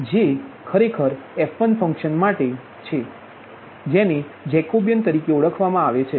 J ખરેખર f1ફંક્શન માટે છે જેને જેકબિયન કહેવામાં આવે છે